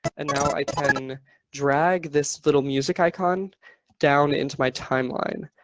and now i can drag this little music icon down into my timeline.